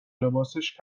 لباسش